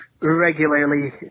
regularly